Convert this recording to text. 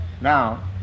Now